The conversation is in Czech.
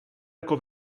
jako